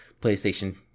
playstation